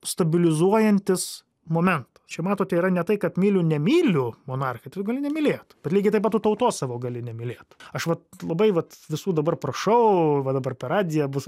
stabilizuojantis momentas čia matote yra ne tai kad myliu nemyliu monarchijoj gali nemylėt bet lygiai taip pat tu tautos savo gali nemylėt aš vat labai vat visų dabar prašau va dabar per radiją bus